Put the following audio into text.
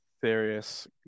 serious